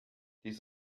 dies